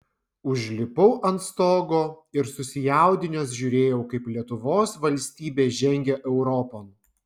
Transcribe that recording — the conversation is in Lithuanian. užlipau ant stogo ir susijaudinęs žiūrėjau kaip lietuvos valstybė žengia europon